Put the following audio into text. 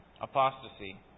Apostasy